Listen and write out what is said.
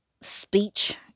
speech